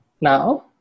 now